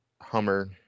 Hummer